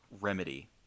Remedy